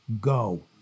Go